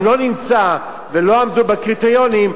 אם לא נמצא ולא עמדו בקריטריונים,